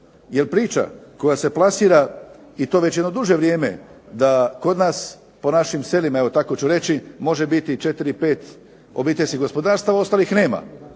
Jer priča koja se plasira i to već duže vrijeme da kod nas po našim selima, evo tako ću reći može biti 4, 5 obiteljskih gospodarstava ostalih nema.